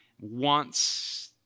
wants